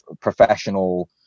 professional